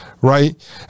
right